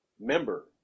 member